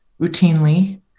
routinely